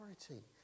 authority